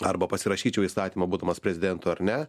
arba pasirašyčiau įstatymą būdamas prezidentu ar ne